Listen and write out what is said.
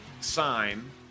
sign